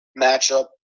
matchup